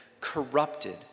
corrupted